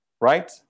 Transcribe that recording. right